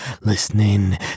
listening